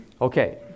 Okay